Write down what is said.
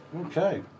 Okay